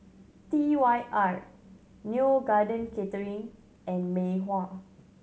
T Y R Neo Garden Catering and Mei Hua